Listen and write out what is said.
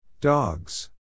Dogs